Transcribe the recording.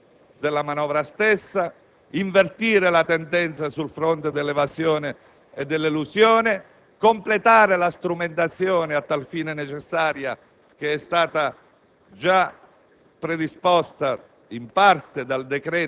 per contribuire ai risultati della stessa, per invertire la tendenza sul fronte dell'evasione e dell'elusione, per completare la strumentazione a tal fine necessaria, che era già stata